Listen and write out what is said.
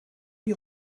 die